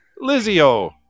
Lizio